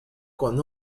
con